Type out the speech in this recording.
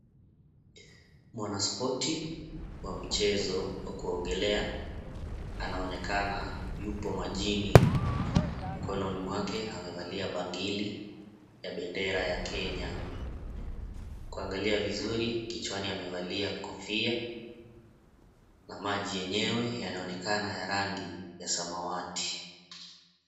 Mwanaspoti wa mchezo wa kuogelea anaonekana yupo majini, mkononi mwake amevalia bangili ya bendera ya Kenya. Kuangalia vizuri kichwani amevalia kofia na maji yenyewe yanaonekana ya rangi ya samawati.